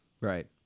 Right